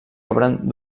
obren